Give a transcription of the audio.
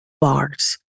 Bars